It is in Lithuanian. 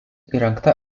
įrengta